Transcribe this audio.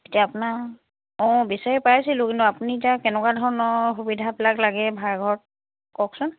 এতিয়া আপোনাৰ অঁ বিচাৰি পাইছিলোঁ কিন্তু আপুনি এতিয়া কেনেকুৱা ধৰণৰ সুবিধাবিলাক লাগে ভাড়াঘৰত কওকচোন